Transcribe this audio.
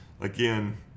again